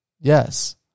Yes